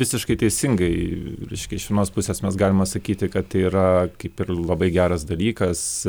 visiškai teisingai reiškia iš vienos pusės mes galima sakyti kad tai yra kaip ir labai geras dalykas